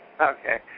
Okay